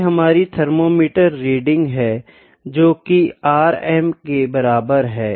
ये हमारी thermometer reading है जोकि Rm के बराबर है